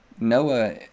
Noah